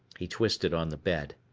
he twisted on the bed.